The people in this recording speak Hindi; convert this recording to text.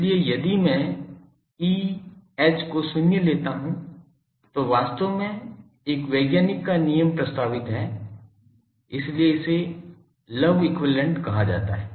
इसलिए यदि मैं E H को शून्य लेता हूं तो वास्तव में एक वैज्ञानिक का नियम प्रस्तावित है इसीलिए इसे लव इक्विवैलेन्ट Love's equivalent कहा जाता है